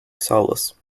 solace